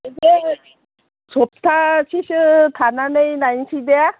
एसे सप्तासेसो थानानै लायनिसै दे